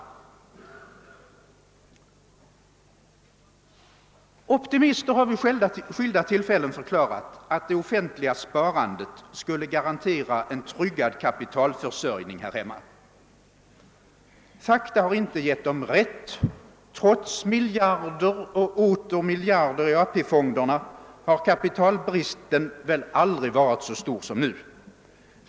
Optimister har vid skilda tillfällen förklarat att det offentliga sparandet skulle garantera en tryggad kapitalförsörjning härhemma. Fakta har inte givit dem rätt. Trots miljarder och åter miljarder i AP-fonderna har kapitalbristen väl aldrig varit så stor som nu.